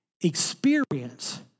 experience